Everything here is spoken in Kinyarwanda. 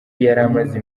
yaramaze